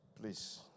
Please